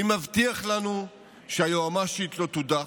מי מבטיח לנו שהיועמ"שית לא תודח?